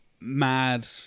mad